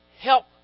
help